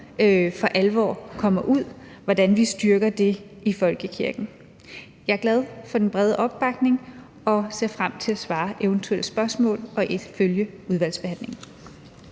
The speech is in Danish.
for alvor kommer ud; hvordan vi styrker det i folkekirken. Jeg er glad for den brede opbakning og ser frem til at besvare eventuelle spørgsmål og følge udvalgsbehandlingen.